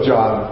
John